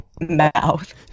mouth